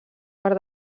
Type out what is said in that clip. per